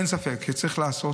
אין ספק שצריך לעשות,